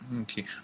Okay